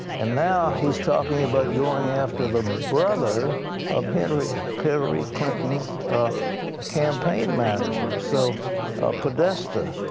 and now he is talking about going after the brother of hillary hillary clinton's ah campaign manager, so podesta.